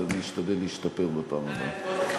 אז אני אשתדל להשתפר בפעם הבאה.